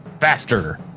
faster